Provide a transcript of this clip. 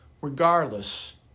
regardless